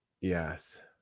yes